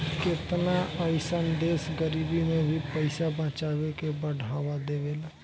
केतना अइसन देश गरीबी में भी पइसा बचावे के बढ़ावा देवेला